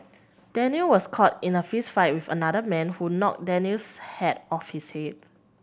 Daniel was caught in a fistfight with another man who knocked Daniel's hat off his head